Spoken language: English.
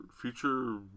future